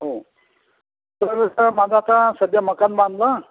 हो तर माझं आता सध्या मकान बांधलं